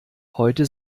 heute